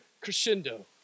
crescendo